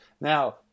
Now